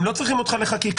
הם לא צריכים אותך לחקיקה,